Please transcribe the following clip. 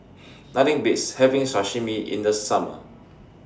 Nothing Beats having Sashimi in The Summer